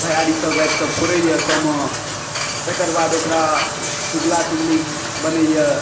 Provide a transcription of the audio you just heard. भइयारीसभ आबिक फोड़ैया सामा तेकर बाद ओकरा चुगला चुग़ली बनैया